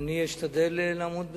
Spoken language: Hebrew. אני אשתדל לעמוד בזה.